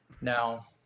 Now